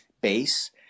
base